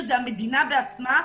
שזו המדינה בעצמה,